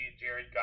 Jared